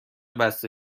بسته